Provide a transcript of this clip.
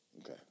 Okay